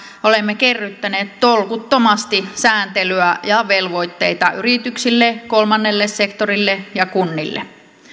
olemme kerryttäneet tolkuttomasti sääntelyä ja velvoitteita yrityksille kolmannelle sektorille ja kunnille